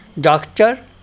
Doctor